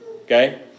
Okay